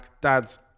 Dads